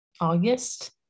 August